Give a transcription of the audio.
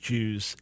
Jews